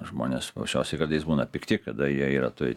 žmonės paprasčiausiai kartais būna pikti kada jie yra toj